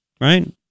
right